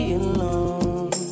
alone